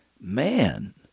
man